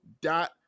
dot